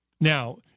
Now